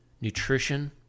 nutrition